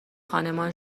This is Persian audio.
خانمان